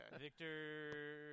Victor